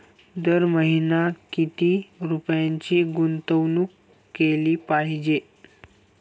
दर महिना किती रुपयांची गुंतवणूक केली पाहिजे?